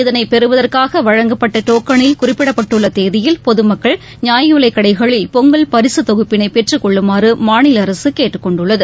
இதனை பெறுவதற்காக வழங்கப்பட்ட டோக்கனில் குறிப்பிடப்பட்டுள்ள தேதியில் பொது மக்கள் நியாயவிலை கடைகளில் பொங்கல் பரிசுத் தொகுப்பினை பெற்றுக் கொள்ளுமாறு மாநில அரசு கேட்டுக் கொண்டுள்ளது